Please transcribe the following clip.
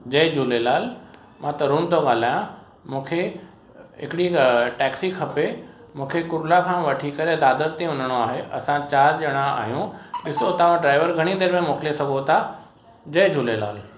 जय झूलेलाल मां तरुण थो ॻाल्हायां मूंखे हिकिड़ी टैक्सी खपे मूंखे कुरला खां वठी करे दादर ते वञिणो आहे असां चारि ॼणा आहियूं ॾिसो तव्हां ड्राइवर घणी देरि में मोकिले सघो था जय झूलेलाल